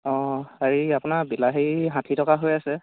অ হেৰি আপোনাৰ বিলাহী ষাঠি টকা হৈ আছে